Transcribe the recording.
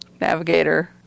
navigator